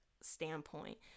standpoint